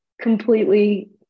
completely